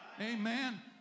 Amen